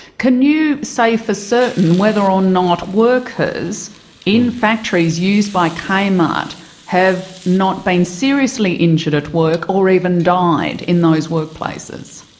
can you say for certain whether or not workers in factories used by kmart have not been seriously injured at work or even died in those workplaces?